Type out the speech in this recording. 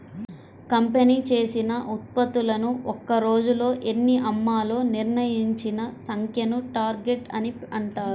company చేసిన ఉత్పత్తులను ఒక్క రోజులో ఎన్ని అమ్మాలో నిర్ణయించిన సంఖ్యను టార్గెట్ అని అంటారు